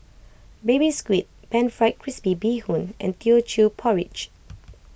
Baby Squid Pan Fried Crispy Bee Hoon and Teochew Porridge